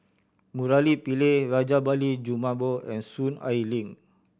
Murali Pillai Rajabali Jumabhoy and Soon Ai Ling